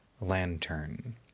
lantern